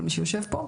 כל מי שיושב פה.